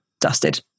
dusted